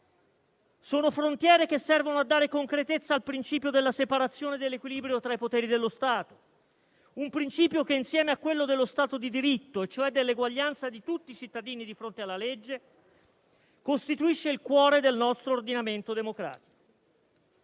Sono frontiere che servono a dare concretezza al principio della separazione e dell'equilibrio tra i poteri dello Stato, un principio che insieme a quello dello Stato di diritto, e cioè dell'eguaglianza di tutti i cittadini di fronte alla legge, costituisce il cuore del nostro ordinamento democratico.